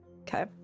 okay